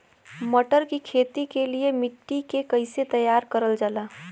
मटर की खेती के लिए मिट्टी के कैसे तैयार करल जाला?